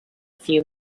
few